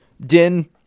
Din